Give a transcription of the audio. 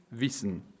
Wissen